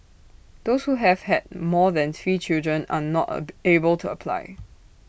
those who have had more than three children are not are be able to apply